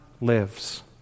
lives